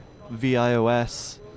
VIOS